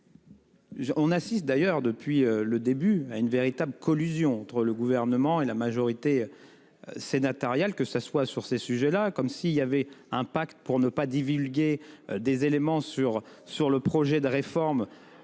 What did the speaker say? On assiste d'ailleurs depuis le début à une véritable collusion entre le gouvernement et la majorité. Sénatoriale que ça soit sur ces sujets-là comme si il y avait un pacte pour ne pas divulguer des éléments sur sur le projet de réforme